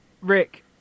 rick